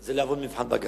זה לעבור מבחן בג"ץ.